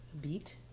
Beat